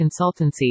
consultancy